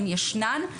הן ישנן.